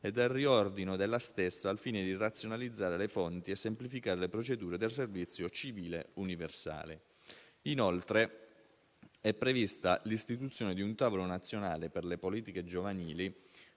e del riordino della stessa al fine di razionalizzare le fonti e semplificare le procedure del servizio civile universale. Inoltre, è prevista l'istituzione di un tavolo nazionale per le politiche giovanili